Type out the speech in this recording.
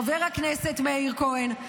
חבר הכנסת מאיר כהן,